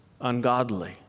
ungodly